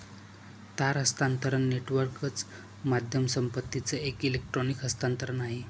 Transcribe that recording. तार हस्तांतरण नेटवर्कच माध्यम संपत्तीचं एक इलेक्ट्रॉनिक हस्तांतरण आहे